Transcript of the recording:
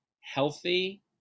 healthy